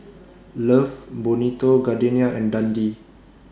Love Bonito Gardenia and Dundee